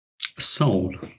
Soul